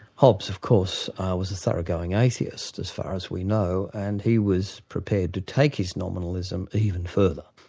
hobbes of course was a thoroughgoing atheist as far as we know, and he was prepared to take his nominalism even further.